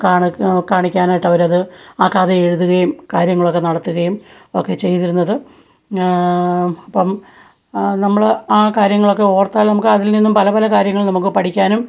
കാണിക്ക് കാണിക്കാനായിട്ട് അവരത് ആ കഥ എഴുതുകയും കാര്യങ്ങളൊക്കെ നടത്തുകയും ഒക്കെ ചെയ്തിരുന്നത് അപ്പോള് നമ്മള് ആ കാര്യങ്ങളൊക്കെ ഓർത്താൽ നമുക്ക് അതിൽനിന്നും പല പല കാര്യങ്ങൾ നമുക്ക് പഠിക്കാനും